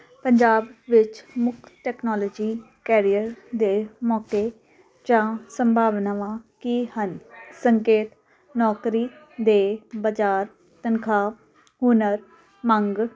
ਪੰਜਾਬ ਵਿੱਚ ਮੁੱਖ technology career ਦੇ ਮੌਕੇ ਜਾਂ ਸੰਭਾਵਨਾਵਾਂ ਕੀ ਹਨ ਸੰਕੇਤ ਨੌਕਰੀ ਦੇ ਬਾਜ਼ਾਰ ਤਨਖਾਹ ਹੁਨਰ ਮੰਗ